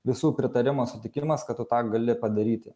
visų pritarimas sutikimas kad tu tą gali padaryti